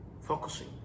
focusing